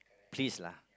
please lah